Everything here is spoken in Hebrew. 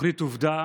התוכנית עובדה,